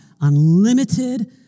unlimited